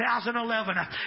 2011